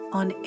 on